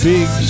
Big